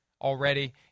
already